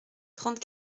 trente